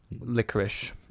licorice